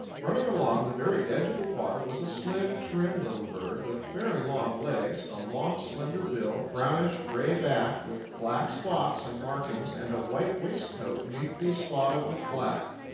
running along the very edge of the water was a slim, trim little bird with fairly long legs, a long slender bill, brownish-gray back with black spots and markings, and a white waistcoat neatly spotted with black.